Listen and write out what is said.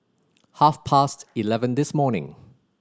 half past eleven this morning